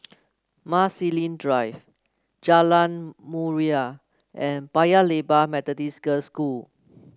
Marsiling Drive Jalan Murai and Paya Lebar Methodist Girls' School